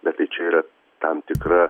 bet tai čia yra tam tikra